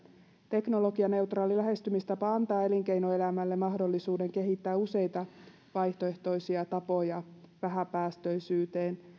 teknologianeutraali lähestymistapa antaa elinkeinoelämälle mahdollisuuden kehittää useita vaihtoehtoisia tapoja vähäpäästöisyyteen